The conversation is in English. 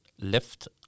lift